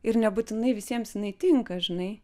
ir nebūtinai visiems jinai tinka žinai